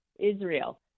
Israel